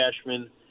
Cashman